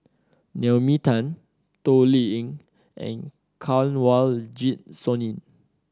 Naomi Tan Toh Liying and Kanwaljit Soin